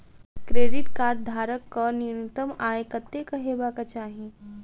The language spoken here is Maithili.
क्रेडिट कार्ड धारक कऽ न्यूनतम आय कत्तेक हेबाक चाहि?